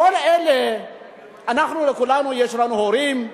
לכולנו יש הורים,